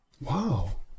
wow